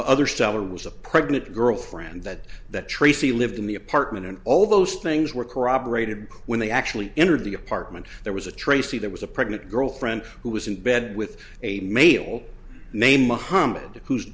other seller was a pregnant girlfriend that that tracy lived in the apartment and all those things were corroborated when they actually entered the apartment there was a traci there was a pregnant girlfriend who was in bed with a male named mohammad whose